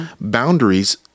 Boundaries